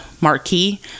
marquee